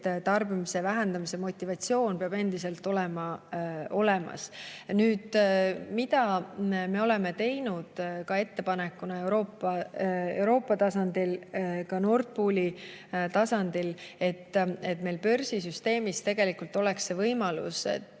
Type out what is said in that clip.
et tarbimise vähendamise motivatsioon peab endiselt olemas olema. Mida me oleme aga teinud ettepanekuna Euroopa tasandil, ka Nord Pooli tasandil, on see, et meil börsisüsteemis tegelikult oleks see võimalus, et